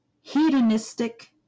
hedonistic